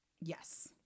Yes